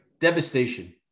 devastation